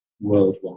worldwide